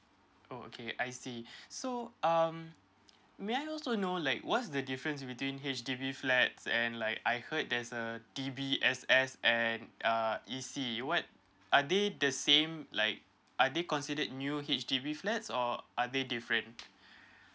okay I see so um may I also know like what's the difference between H_D_B flats and like I heard there's a D_B_S_S and uh E_C what are they the same like are they considered new H_D_B flats or are they different